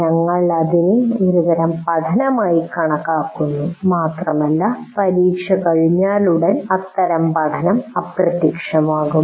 ഞങ്ങൾ അതിനെ ഒരു തരം പഠനമായി കണക്കാക്കുന്നു മാത്രമല്ല പരീക്ഷ കഴിഞ്ഞാലുടൻ അത്തരം പഠനം അപ്രത്യക്ഷമാകും